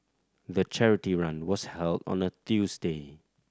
the charity run was held on a Tuesday